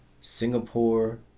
Singapore